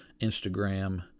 Instagram